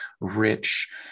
rich